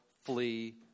Flee